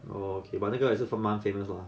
oh okay but 那个也是蛮 famous lor